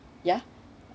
ya